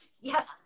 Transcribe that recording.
Yes